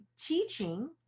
teaching